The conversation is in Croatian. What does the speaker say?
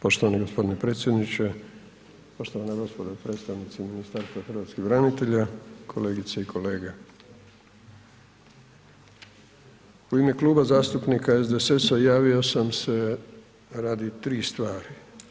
Poštovani gospodine predsjedniče, poštovana gospodo predstavnici Ministarstva hrvatskih branitelja, kolegice i kolege, u ime Kluba zastupnika SDSS-a javio sam se radi tri stvari.